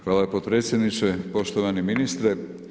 Hvala podpredsjedniče, poštovani ministre.